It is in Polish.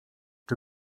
czy